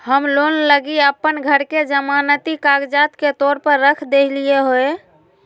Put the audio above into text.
हम लोन लगी अप्पन घर के जमानती कागजात के तौर पर रख देलिओ हें